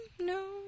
no